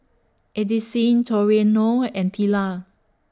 Addisyn Toriano and Tilla